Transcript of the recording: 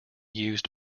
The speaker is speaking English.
used